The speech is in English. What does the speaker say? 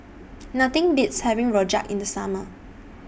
Nothing Beats having Rojak in The Summer